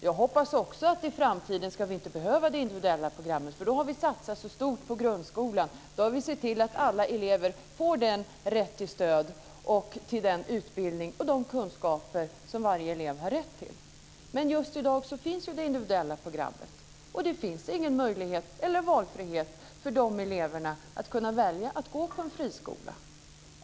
Jag hoppas också att vi i framtiden inte ska behöva det individuella programmet, för då ska vi ha satsat så stort på grundskolan och sett till att alla elever får det stöd, den utbildning och de kunskaper som varje elev har rätt till. Men just i dag finns det individuella programmet, och det finns ingen möjlighet eller valfrihet för de eleverna att välja att gå på en friskola.